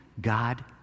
God